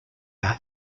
are